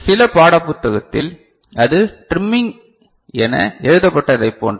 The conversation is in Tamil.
சில பாடப்புத்தகத்தில் அது டிரிம்மிங் என எழுதப்பட்டதைப் போன்றது